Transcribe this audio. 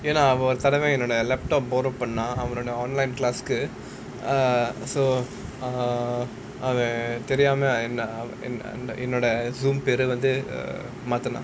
ஏனா அவன் ஒரு தடவ என்னோட:yaennaa avan oru thadava ennoda laptop borrow பண்ணான் அவனோட:pannnaan avanoda online class க்கு:kku err so ah அவன் தெரியாம என் என்னோட:avan theriyaamae en ennoda Zoom பேர வந்து மாத்துனான்:pera vanthu maathunaan